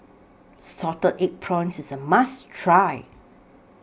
Salted Egg Prawns IS A must Try